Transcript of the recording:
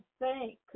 thank